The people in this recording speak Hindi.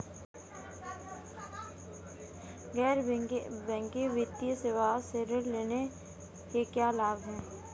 गैर बैंकिंग वित्तीय सेवाओं से ऋण लेने के क्या लाभ हैं?